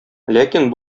ләкин